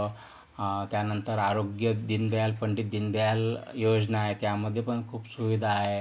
त्यानंतर आरोग्य दीनदयाल पंडित दीनदयाल योजना आहे त्यामध्ये पण खूप सुविधा आहे